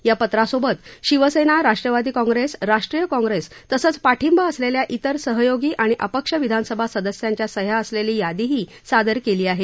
या पत्रासोबत शिवसेना राष्ट्रवादी काँग्रेस राष्ट्रीय काँप्रेस तसंच पाठिंबा असलेल्या विर सहयोगी आणि अपक्ष विधानसभा सदस्यांच्या सह्या असलेली यादीही सादर केली आहे